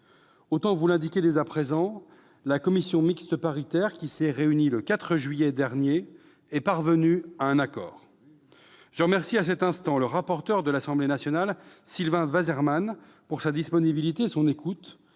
Autant vous l'indiquer dès à présent : la commission mixte paritaire, qui s'est réunie le 4 juillet dernier, est parvenue à un accord. Je remercie, à cet instant, le rapporteur de l'Assemblée nationale, Sylvain Waserman, de sa disponibilité et de son écoute,